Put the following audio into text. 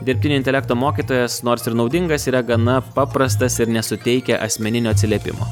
dirbtinio intelekto mokytojas nors ir naudingas yra gana paprastas ir nesuteikia asmeninio atsiliepimo